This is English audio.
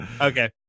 Okay